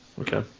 Okay